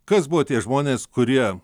kas buvo tie žmonės kurie